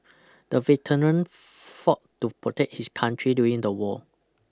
the veteran fought to protect his country during the war